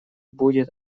будет